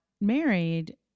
married